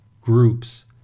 groups